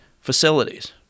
facilities